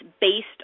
based